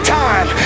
time